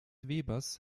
webers